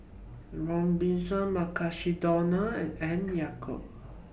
Robinsons Mukshidonna and Yakult